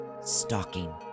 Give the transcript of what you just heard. stalking